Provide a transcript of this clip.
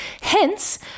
Hence